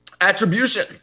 Attribution